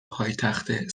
پایتخت